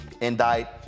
indict